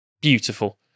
Beautiful